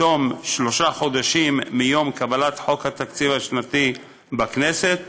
בתום שלושה חודשים מיום קבלת חוק התקציב השנתי בכנסת,